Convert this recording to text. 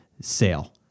sale